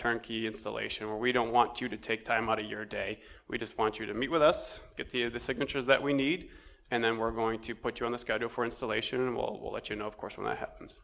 turnkey installation where we don't want you to take time out of your day we just want you to meet with us see is the signatures that we need and then we're going to put you on the schedule for installation and will let you know of course when that happens